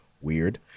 weird